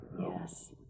Yes